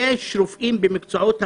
יש רופאים במקצועות אחרים,